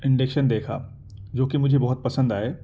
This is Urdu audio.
انڈیکشن دیکھا جو کہ مجھے بہت پسند آئے